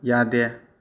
ꯌꯥꯗꯦ